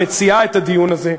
המציעה את הדיון הזה,